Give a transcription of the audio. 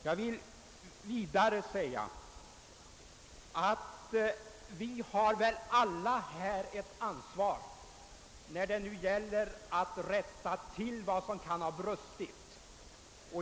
Jag vill vidare säga att vi alla här har ansvar för att rätta till vad som kan ha brustit.